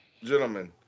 Gentlemen